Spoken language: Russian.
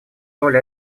роль